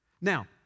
Now